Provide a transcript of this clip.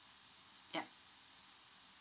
yup